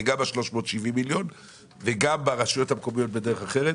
גם ב-375 מיליון וגם ברשויות המקומיות בדרך אחרת